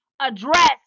address